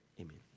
Amen